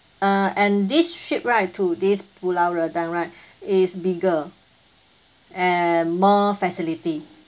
and this ship right to this pulau redang right is bigger and more facility